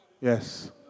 Yes